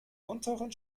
unteren